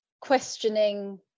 questioning